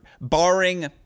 barring